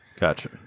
Gotcha